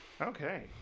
Okay